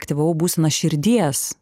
aktyvavau būseną širdies